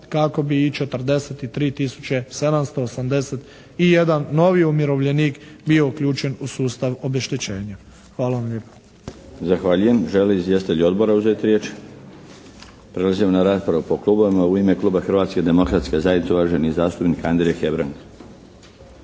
kako bi i 43 tisuće 781 novi umirovljenik bio uključen u sustav obeštećenja. Hvala vam lijepa.